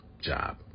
job